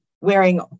wearing